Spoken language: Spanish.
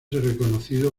reconocido